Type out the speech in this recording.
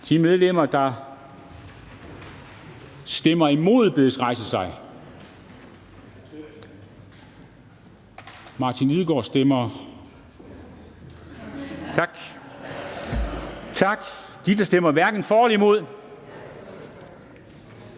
De medlemmer, der stemmer imod, bedes rejse sig. Tak. De medlemmer, der stemmer hverken for eller imod,